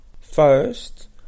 First